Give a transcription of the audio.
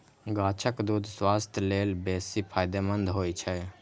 गाछक दूछ स्वास्थ्य लेल बेसी फायदेमंद होइ छै